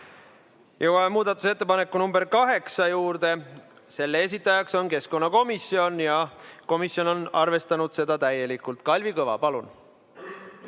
Jõuame muudatusettepaneku nr 8 juurde. Selle esitaja on keskkonnakomisjon ja komisjon on arvestanud seda täielikult. Kalvi Kõva, palun!